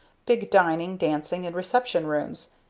big dining, dancing, and reception rooms,